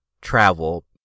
travel